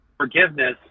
forgiveness